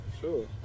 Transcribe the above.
Sure